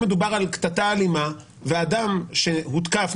אם מדובר על קטטה אלימה ואדם שהותקף,